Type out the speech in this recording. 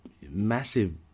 massive